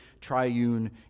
triune